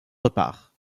repart